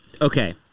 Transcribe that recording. Okay